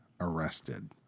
arrested